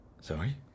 Sorry